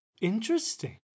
Interesting